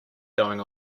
going